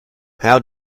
how